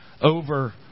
over